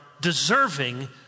deserving